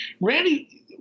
Randy